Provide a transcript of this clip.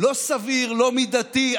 לא סביר ולא מידתי.